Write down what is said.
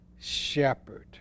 shepherd